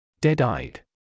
Dead-eyed